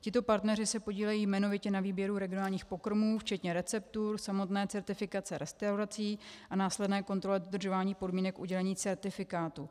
Tito partneři se podílejí jmenovitě na výběru regionálních pokrmů, včetně receptur, samotné certifikace restaurací a následné kontroly dodržování podmínek udělení certifikátů.